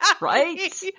right